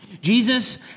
Jesus